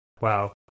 wow